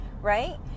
right